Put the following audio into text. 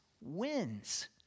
wins